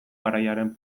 garaiaren